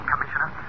Commissioner